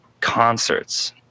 concerts